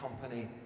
company